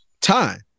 time